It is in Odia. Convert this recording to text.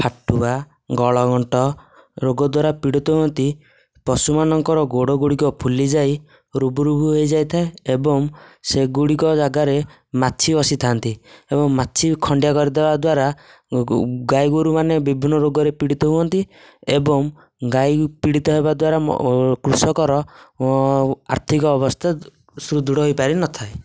ଫାଟୁଆ ଗଳଗଣ୍ଟ ରୋଗ ଦ୍ୱାରା ପୀଡ଼ିତ ହୁଅନ୍ତି ପଶୁମାନଙ୍କର ଗୋଡ଼ ଗୁଡ଼ିକ ଫୁଲି ଯାଇ ରୁବୁ ରୁବୁ ହେଇଯାଇଥାଏ ଏବଂ ସେଗୁଡ଼ିକ ଜାଗାରେ ମାଛି ବସିଥାଆନ୍ତି ଏବଂ ମାଛି ଖଣ୍ଡିଆ କରିଦବା ଦ୍ୱାରା ଗାଈ ଗୋରୁମାନେ ବିଭିନ୍ନ ରୋଗରେ ପୀଡ଼ିତ ହୁଅନ୍ତି ଏବଂ ଗାଈ ପୀଡ଼ିତ ହେବା ଦ୍ୱାରା କୃଷକର ଆର୍ଥିକ ଅବସ୍ତା ସୁଦୃଢ଼ ହେଇପାରିନଥାଏ